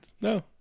no